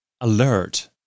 alert